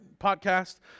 podcast